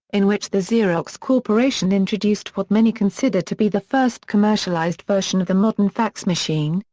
in which the xerox corporation introduced what many consider to be the first commercialized version of the modern fax machine,